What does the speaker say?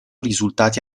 risultati